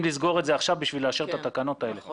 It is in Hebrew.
לסגור את זה עכשיו כדי לאשר את התקנות האלה.